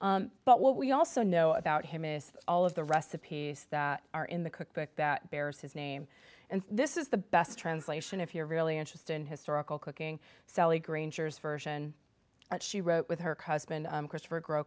but what we also know about him is all of the recipes that are in the cook book that bears his name and this is the best translation if you're really interested in historical cooking sally granger's version that she wrote with her husband christopher grow